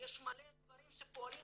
הסיוע שלנו חינם, אין כסף לכל מי שפונה.